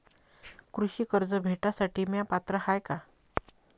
कृषी कर्ज भेटासाठी म्या पात्र हाय का?